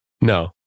No